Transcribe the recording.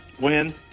Win